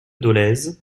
dolez